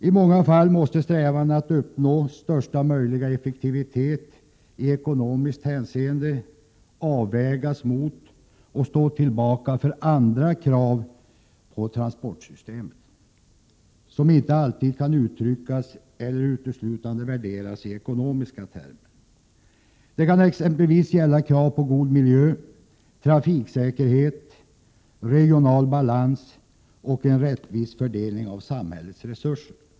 I många fall måste strävandena att uppnå största möjliga effektivitet i ekonomiskt hänseende avvägas mot och stå tillbaka för andra krav på transportsystemet, som inte alltid kan uttryckas eller uteslutande värderas i ekonomiska termer. Det kan exempelvis gälla krav på god miljö, trafiksäkerhet, regional balans och en rättvis fördelning av samhällets resurser.